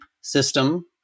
system